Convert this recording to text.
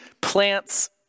plants